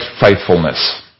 faithfulness